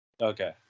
Okay